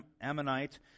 Ammonite